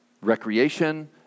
recreation